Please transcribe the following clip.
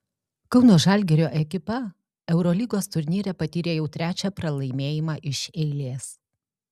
kauno žalgirio ekipa eurolygos turnyre patyrė jau trečią pralaimėjimą iš eilės